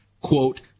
quote